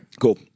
Cool